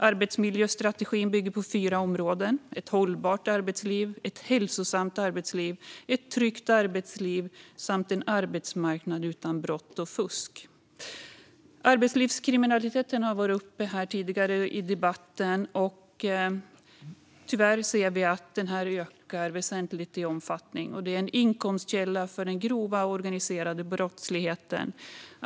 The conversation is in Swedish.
Arbetsmiljöstrategin bygger på fyra områden: ett hållbart arbetsliv, ett hälsosamt arbetsliv, ett tryggt arbetsliv samt en arbetsmarknad utan brott och fusk. Arbetslivskriminaliteten har tagits upp tidigare i debatten. Tyvärr ser vi att den ökar väsentligt i omfattning och att den är en inkomstkälla för den grova organiserade brottsligheten.